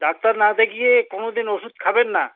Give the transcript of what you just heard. doctor না দেখিয়ে কোনোদিন ওষুধ খাবেন না